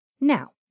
Now